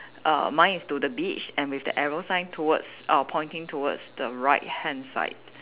err mine is to the beach and with the arrow sign towards err pointing towards the right hand side